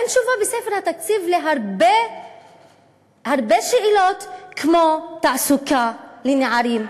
אין תשובה בספר התקציב על הרבה שאלות כמו תעסוקה לנערים,